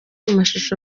mashusho